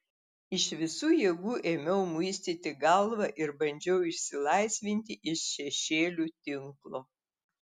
iš visų jėgų ėmiau muistyti galvą ir bandžiau išsilaisvinti iš šešėlių tinklo